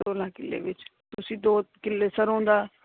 ਸੋਲ੍ਹਾਂ ਕਿੱਲੇ ਵਿੱਚ ਦੋ ਕਿੱਲੇ ਸਰੋਂ ਦਾ